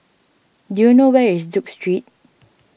do you know where is Duke Street